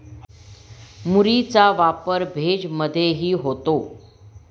मुरीचा वापर भेज मधेही होतो